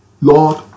Lord